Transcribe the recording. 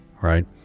Right